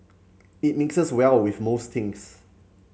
it mixes well with most things